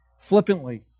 flippantly